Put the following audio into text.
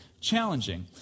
challenging